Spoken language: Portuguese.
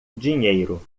dinheiro